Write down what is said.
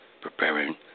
preparing